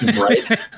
Right